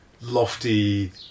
lofty